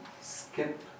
skip